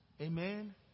Amen